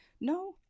no